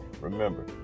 Remember